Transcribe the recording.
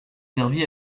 servi